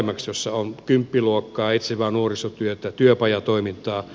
siellä on kymppiluokkaa etsivää nuorisotyötä työpajatoimintaa